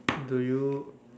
do you